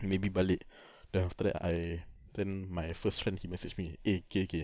maybe balik then after that I then my first friend he message me eh okay okay